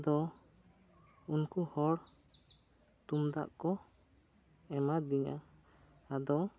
ᱟᱫᱚ ᱩᱱᱠᱩ ᱦᱚᱲ ᱛᱩᱢᱫᱟᱜ ᱠᱚ ᱮᱢᱟ ᱫᱤᱧᱟᱹ ᱟᱫᱚ